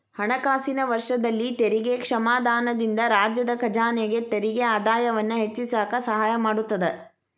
ಹಣಕಾಸಿನ ವರ್ಷದಲ್ಲಿ ತೆರಿಗೆ ಕ್ಷಮಾದಾನದಿಂದ ರಾಜ್ಯದ ಖಜಾನೆಗೆ ತೆರಿಗೆ ಆದಾಯವನ್ನ ಹೆಚ್ಚಿಸಕ ಸಹಾಯ ಮಾಡತದ